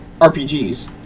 RPGs